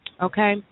Okay